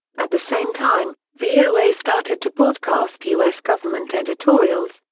at the same time, voa started to broadcast u s. government editorials,